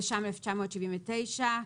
התש"ם 1979,